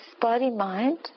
body-mind